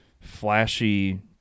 flashy